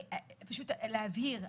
פשוט להבהיר,